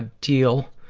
ah deal